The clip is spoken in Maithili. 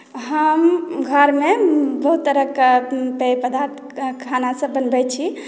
हम घरमे बहुत तरहकेँ पेय पदार्थ खानासभ बनबैत छी